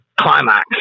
climax